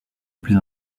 plus